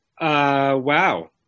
Wow